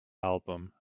album